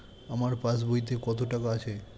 আমার পাস বইতে কত টাকা আছে?